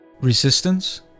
resistance